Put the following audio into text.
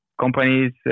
companies